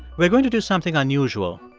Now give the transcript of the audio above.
we're going to do something unusual.